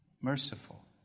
merciful